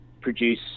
produce